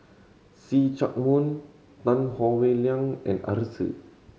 See Chak Mun Tan Howe Liang and Arasu